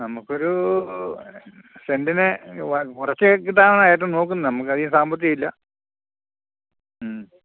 നമ്മക്ക് ഒരു സെൻ്റിന് കുറച്ച് കിട്ടാനാണ് ഏറ്റവും നോക്കുന്നത് നമുക്ക് അധികം സാമ്പത്തികം ഇല്ല